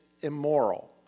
immoral